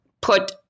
put